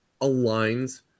aligns